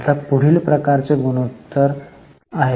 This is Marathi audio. आता पुढील प्रकारचे गुणोत्तर गुणोत्तर आहेत